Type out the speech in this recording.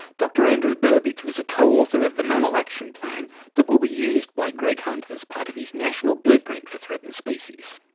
dr andrew burbidge was a co-author of the mammal action plan that will be used by greg hunt as part of his national blueprint for threatened species.